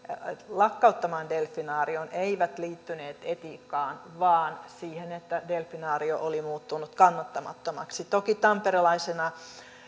lakkauttamaan delfinaarion eivät liittyneet etiikkaan vaan siihen että delfinaario oli muuttunut kannattamattomaksi toki tamperelaisena